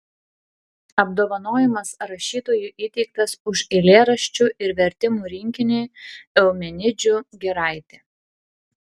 apdovanojimas rašytojui įteiktas už eilėraščių ir vertimų rinkinį eumenidžių giraitė